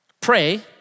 pray